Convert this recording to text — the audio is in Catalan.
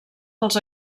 pels